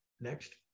Next